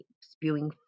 spewing